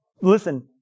Listen